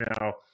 now